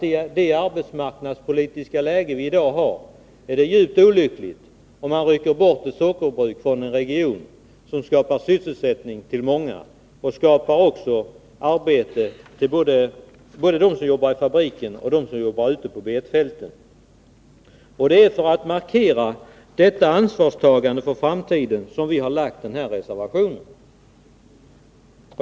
I det arbetsmarknadspolitiska läge som vi har i dag är det djupt olyckligt, om man från en region rycker bort ett sockerbruk som skapar sysselsättning åt många — både åt dem som arbetar i fabriken och åt dem som arbetar ute på betfälten. Det är för att markera detta ansvarstagande för framtiden som vi har lagt den här reservationen.